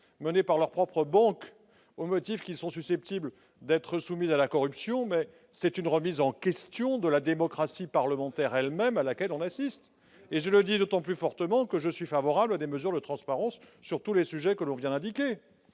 menées par leurs propres banques au motif qu'ils sont susceptibles d'être soumis à la corruption ! Nous assistons à une remise en question de la démocratie parlementaire elle-même. C'est vrai ! Je le dis d'autant plus fortement que je suis favorable à des mesures de transparence sur tous les sujets que l'on vient d'indiquer.